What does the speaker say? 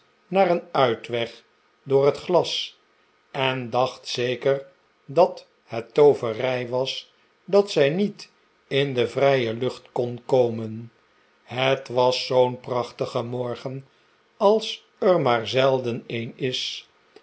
naar een uitweg door het glas en dacht zeker dat het tooverij was dat zij niet in de vrije lucht kon komen het was zoo'n prachtige morgen als er maar zelden een is